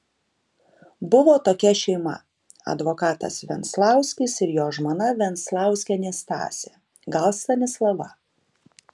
buvo tokia šeima advokatas venclauskis ir jo žmona venclauskienė stasė gal stanislava